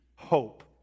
hope